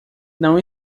não